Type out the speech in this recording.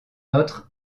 notre